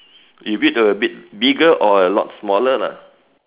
if it were a bit bigger or a lot smaller lah